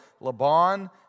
Laban